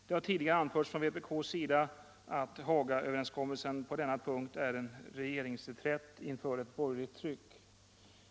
Det har tidigare anförts från vpk att Hagaöverenskommelsen på denna punkt är en regeringsreträtt inför ett borgerligt tryck.